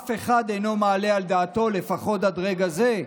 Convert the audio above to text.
אף אחד אינו מעלה על דעתו, לפחות עד רגע זה,